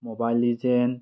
mobile legend